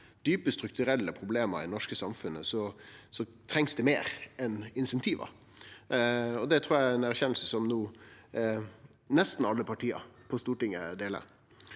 djupe strukturelle problem i det norske samfunnet, trengst det meir enn insentiv. Det trur eg er ei erkjenning som nesten alle parti på Stortinget no deler.